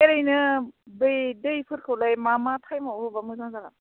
ओरैनो बै दैफोरखौलाय मा मा टाइमाव होब्ला मोजां जागोन